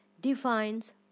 defines